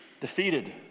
defeated